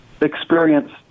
experience